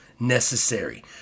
Necessary